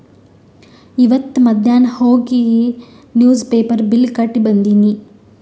ಇವತ್ ಮಧ್ಯಾನ್ ಹೋಗಿ ನಿವ್ಸ್ ಪೇಪರ್ ಬಿಲ್ ಕಟ್ಟಿ ಬಂದಿನಿ